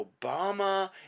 Obama